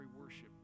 worship